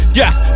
yes